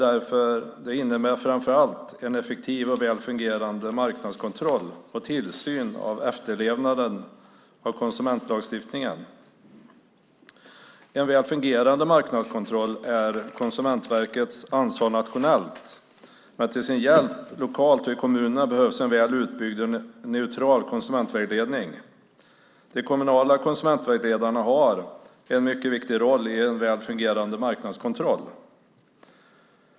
Det innebär framför allt en effektiv och väl fungerande marknadskontroll och tillsyn av efterlevnaden av konsumentlagstiftningen. En väl fungerande marknadskontroll är Konsumentverkets ansvar nationellt, men till sin hjälp lokalt och i kommunerna behövs en väl utbyggd och neutral konsumentvägledning. De kommunala konsumentvägledarna har en mycket viktig roll i en väl fungerande marknadskontroll.